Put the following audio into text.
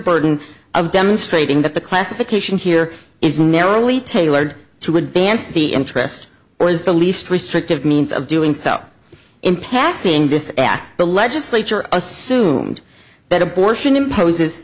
burden of demonstrating that the classification here is narrowly tailored to advance the interest or is the least restrictive means of doing so in passing this act the legislature assumed that abortion imposes